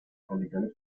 condiciones